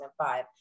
2005